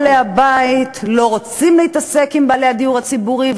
בעלי הבתים לא רוצים להתעסק עם זכאי הדיור הציבורי,